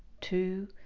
two